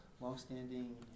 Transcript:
longstanding